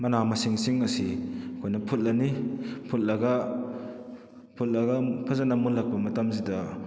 ꯃꯅꯥ ꯃꯁꯤꯡꯁꯤꯡ ꯑꯁꯤ ꯑꯩꯈꯣꯏꯅ ꯐꯨꯠꯂꯅꯤ ꯐꯨꯠꯂꯒ ꯐꯨꯠꯂꯒ ꯐꯖꯅ ꯃꯨꯜꯂꯛꯄ ꯃꯇꯝꯁꯤꯗ